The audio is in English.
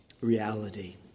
reality